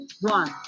one